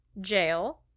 Jail